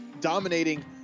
dominating